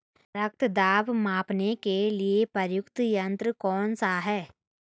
रक्त दाब मापने के लिए प्रयुक्त यंत्र कौन सा है?